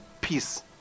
peace